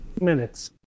minutes